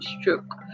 stroke